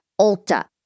Ulta